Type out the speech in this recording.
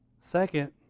Second